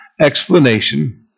explanation